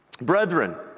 Brethren